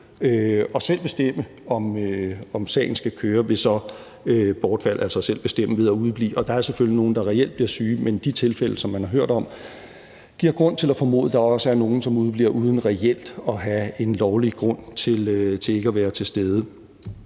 for selv at bestemme, om sagen skal køre – altså selv bestemme ved at udeblive – vil bortfalde. Der er selvfølgelig nogen, der reelt bliver syge, men de tilfælde, som man har hørt om, giver grund til at formode, at der også er nogen, som udebliver uden reelt at have en lovlig grund til ikke at være til stede.